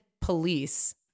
police